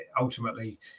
ultimately